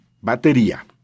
batería